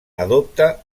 adopta